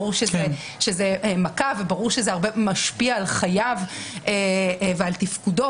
ברור שזאת מכה וברור שזה משפיע על חייו ועל תפקודו